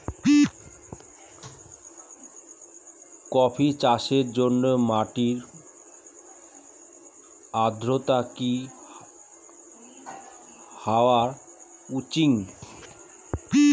Coffee চাষের জন্য মাটির আর্দ্রতা কি হওয়া উচিৎ?